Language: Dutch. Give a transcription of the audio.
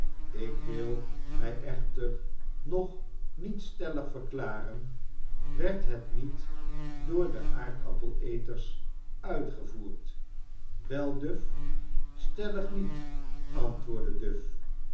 ik wil mij echter nog niet stellig verklaren werd het niet door de aardappel eters uitgevoerd wel duff stellig niet antwoordde duff